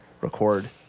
record